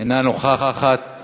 אינה נוכחת.